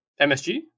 MSG